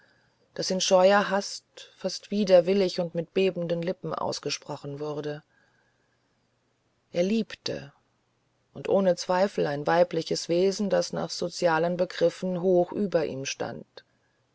das in scheuer hast fast widerwillig und mit bebenden lippen ausgesprochen wurde er liebte und ohne zweifel ein weibliches wesen das nach sozialen begriffen hoch über ihm stand